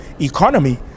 economy